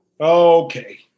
Okay